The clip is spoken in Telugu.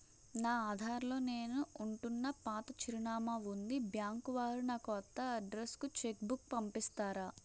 నా ఆధార్ లో నేను ఉంటున్న పాత చిరునామా వుంది బ్యాంకు వారు నా కొత్త అడ్రెస్ కు చెక్ బుక్ పంపిస్తారా?